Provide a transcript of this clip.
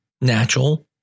natural